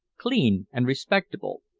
clean and respectable,